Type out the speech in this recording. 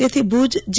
તેથી ભુજ જી